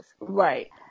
Right